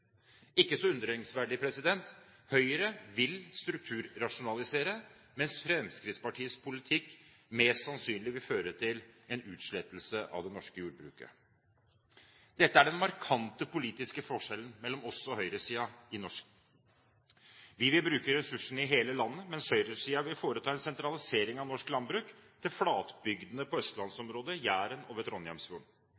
Ikke så undringsverdig – Høyre vil strukturrasjonalisere, mens Fremskrittspartiets politikk mest sannsynlig vil føre til en utslettelse av det norske jordbruket. Dette er den markante politiske forskjellen mellom oss og høyresiden i norsk politikk. Vi vil bruke ressursene i hele landet, mens høyresiden vil foreta en sentralisering av norsk landbruk til flatbygdene på